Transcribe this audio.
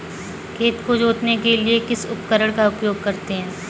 खेत को जोतने के लिए किस उपकरण का उपयोग करते हैं?